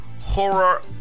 horror